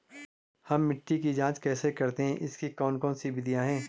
हम मिट्टी की जांच कैसे करते हैं इसकी कौन कौन सी विधियाँ है?